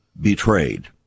Betrayed